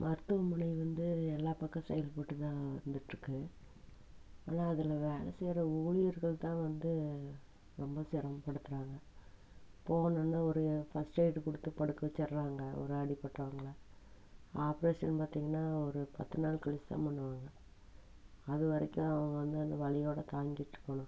மருத்துவமனை வந்து எல்லா பக்கம் செயல்பட்டு தான் வந்துகிட்ருக்கு ஆனால் அதில் வேலை செய்கிற ஊழியர்கள்தான் வந்து ரொம்ப சிரமப்படுத்துறாங்க போகணுனால் ஒரு ஃபஸ்ட் டைடு கொடுத்து படுக்க வச்சுடுறாங்க ஒரு அடிப்பட்டவங்களை ஆப்ரேஷன் பார்த்திங்கன்னா ஒரு பத்து நாள் கழித்துத்தான் பண்ணுவாங்க அதுவரைக்கும் அவங்க வந்து அந்த வலியோடு தாங்கிகிட்டு இருக்கணும்